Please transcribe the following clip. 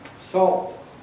Salt